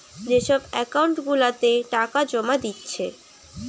যে সব একাউন্ট গুলাতে টাকা জোমা দিচ্ছে